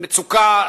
מצוקה,